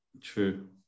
True